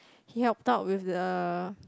he helped out with the